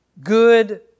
good